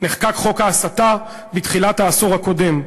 נחקק חוק ההסתה בתחילת העשור הקודם,